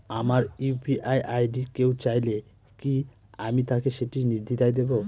আমার UPI ID কেউ চাইলে কি আমি তাকে সেটি নির্দ্বিধায় দেব?